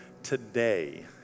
today